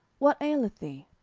what aileth thee?